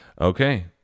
Okay